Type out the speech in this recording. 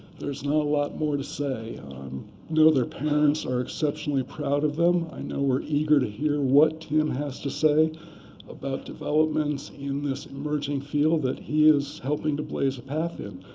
there's not a lot more to say. i um know their parents are exceptionally proud of them. i know we're eager to hear what tim has to say about developments in this emerging field that he is helping to blaze a path in.